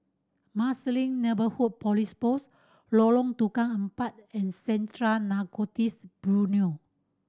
Marsiling Neighbourhood Police Post Lorong Tukang Empat and Central Narcotics Bureau